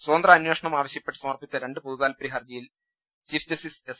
സ്വതന്ത്രാന്വഷേണം ആവശ്യപ്പെട്ട് സമർപ്പിച്ച രണ്ട് പൊതുതാൽപ്പര്യ ഹർജിയിൽ ചീഫ് ജസ്റ്റിസ് എസ്